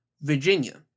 Virginia